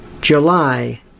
July